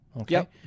Okay